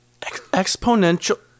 Exponential